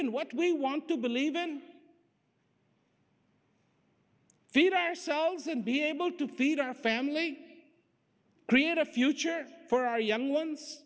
in what we want to believe in feed ourselves and be able to feed our family create a future for our young ones